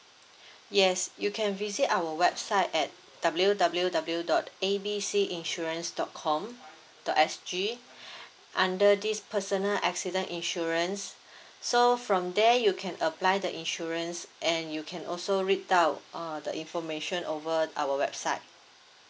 yes you can visit our website at W W W dot A B C insurance dot com dot S_G under these personal accident insurance so from there you can apply the insurance and you can also read out err the information over our website